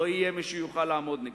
לא יהיה מי שיוכל לעמוד נגדנו.